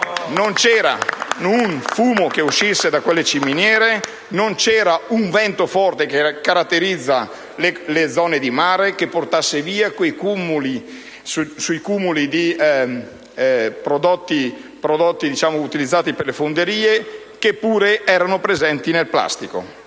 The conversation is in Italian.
Non c'era fumo che uscisse da quelle ciminiere, non c'era un vento forte tipico delle zone di mare che portasse via i cumuli di prodotti residui delle fonderie che pure erano presenti nel plastico.